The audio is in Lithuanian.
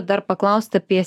dar paklaust apie